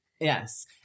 Yes